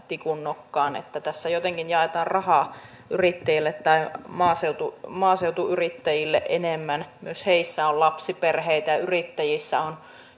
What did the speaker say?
tikunnokkaan että tässä jotenkin jaetaan rahaa yrittäjille tai maaseutuyrittäjille enemmän myös näissä on lapsiperheitä ja yrittäjissä on